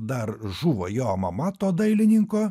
dar žuvo jo mama to dailininko